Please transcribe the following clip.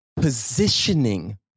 positioning